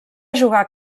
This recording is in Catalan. jugar